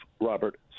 Robert